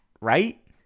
right